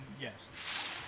Yes